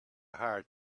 hire